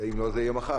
אם לא זה יהיה מחר.